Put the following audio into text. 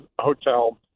Hotel